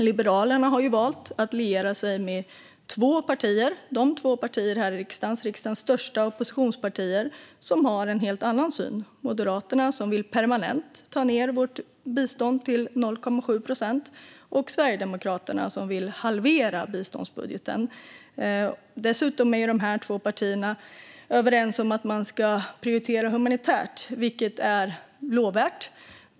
Liberalerna har valt att liera sig med två partier. Det är riksdagens två största oppositionspartier som har en helt annan syn. Moderaterna vill permanent sänka vårt bistånd till 0,7 procent, och Sverigedemokraterna vill halvera biståndsbudgeten. Dessutom är dessa två partier överens om att prioritera humanitärt, vilket är lovvärt.